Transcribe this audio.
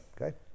okay